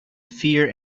fear